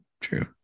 True